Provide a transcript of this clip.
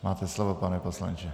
Máte slovo, pane poslanče.